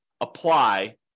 apply